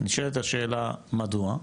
נשאלת השאלה מדוע,